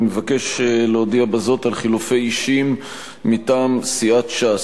אני מבקש להודיע בזאת על חילופי אישים מטעם סיעת ש"ס: